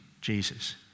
Jesus